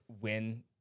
win